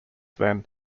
then